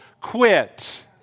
quit